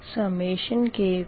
V2